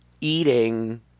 eating